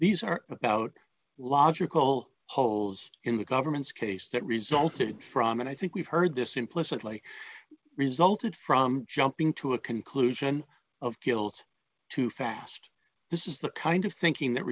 these are about logical holes in the government's case that resulted from and i think we've heard this implicitly resulted from jumping to a conclusion of guilt too fast this is the kind of thinking that